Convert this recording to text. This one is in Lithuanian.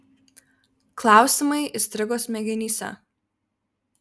klausimai įstrigo smegenyse